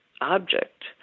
object